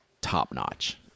top-notch